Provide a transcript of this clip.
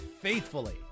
faithfully